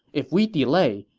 if we delay,